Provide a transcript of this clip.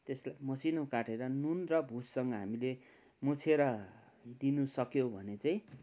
त्यसलाई मसिनो काटेर नुन र भुससँग हामीले मुछेर दिनुसक्यो भने चाहिँ